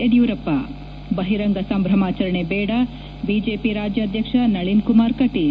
ಯಡಿಯೂರಪ್ಪ ಬಹಿರಂಗ ಸಂಭ್ರಮಾಚರಣೆ ಬೇಡ ಬಿಜೆಪಿ ರಾಜ್ಯಾಧ್ಯಕ್ಷ ನಳಿನ್ ಕುಮಾರ್ ಕಟೀಲ್